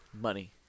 Money